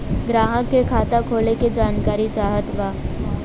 ग्राहक के खाता खोले के जानकारी चाहत बा?